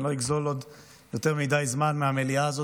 אני לא אגזול יותר מדי זמן מהמליאה הזאת